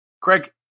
Craig